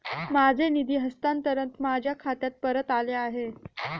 माझे निधी हस्तांतरण माझ्या खात्यात परत आले आहे